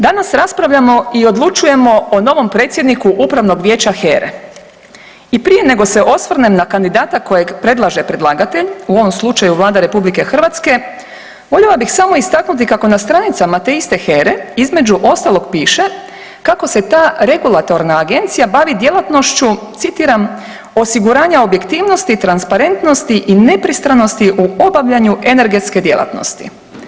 Danas raspravljamo i odlučujemo o novom predsjedniku upravnog vijeća HERA-e i prije nego se osvrnem na kandidata kojeg predlaže predlagatelj, u ovom slučaju Vlada RH, voljela bih samo istaknuti kako na stranicama te iste HERA-e između ostalog piše kako se ta regulatorna agencija bavi djelatnošću, citiram, osiguranja objektivnosti, transparentnosti i nepristranosti u obavljanju energetske djelatnosti.